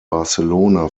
barcelona